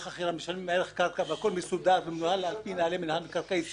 משלמים ערך קרקע והכול מסודר ומנוהל לפי נהלי מינהל מקרעי ישראל,